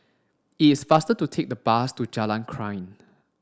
it's faster to take the bus to Jalan Krian